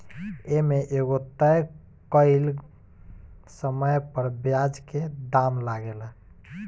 ए में एगो तय कइल समय पर ब्याज के दाम लागेला